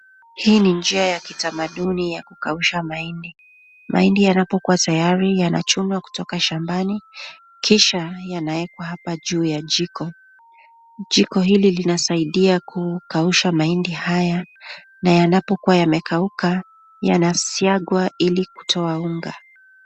Hii ni njia ya kitamaduni ya kukausha mahindi. Mahindi yanapokuwa tayari yanachunwa kutoka shambani kisha yanwekwa hapa juu ya jiko. Jiko hili linasaidia kukausha mahindi haya na yanapokuwa yamekauka yanashagwa ili kutoa unga.